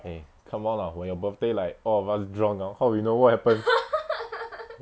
eh come on lah when your birthday like all of us drunk ah how we know what happen